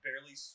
barely